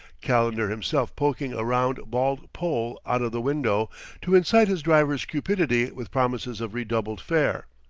calendar himself poking a round bald poll out of the window to incite his driver's cupidity with promises of redoubled fare.